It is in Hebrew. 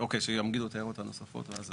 טוב בעצם שיגיד את ההערות הנוספות ואז אני אעיר.